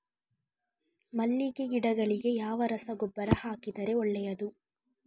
ಮಲ್ಲಿಗೆ ಗಿಡಗಳಿಗೆ ಯಾವ ರಸಗೊಬ್ಬರ ಹಾಕಿದರೆ ಒಳ್ಳೆಯದು?